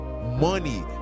Money